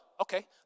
okay